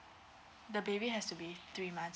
the baby has to be three months